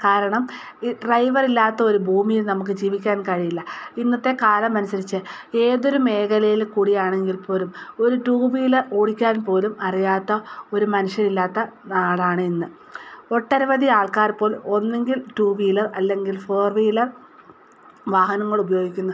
കാരണം ഈ ഡ്രൈവർ ഇല്ലാത്ത ഒരു ഭൂമിയിൽ നമുക്ക് ജീവിക്കാൻ കഴിയില്ല ഇന്നത്തെ കാലം അനുസരിച്ച് ഏതൊരു മേഖലയിൽ കൂടി ആണെങ്കിൽ പോലും ഒരു ടു വീലർ ഓടിക്കാൻ പോലും അറിയാത്ത ഒരു മനുഷ്യരില്ലാത്ത നാടാണ് ഇന്ന് ഒട്ടനവധി ആൾക്കാറിപ്പോൾ ഒന്നുങ്കിൽ ടു വീലർ അല്ലെങ്കിൽ ഫോർ വീലർ വാഹനങ്ങൾ ഉപയോഗിക്കുന്നു